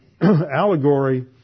allegory